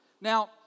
Now